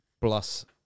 plus